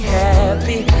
happy